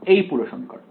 এই পুরো সমীকরণ